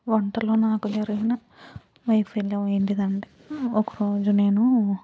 వంటలో నాకు జరిగిన వైఫల్యం ఏంటిదంటే ఒకరోజు నేను